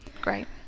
great